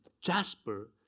Jasper